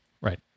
Right